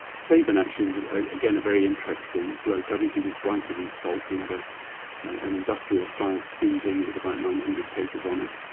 sabin actually was, again, a very interesting bloke. i think he was brighter than salk, he had ah an industrial-sized cv with about nine hundred papers on it,